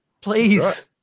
Please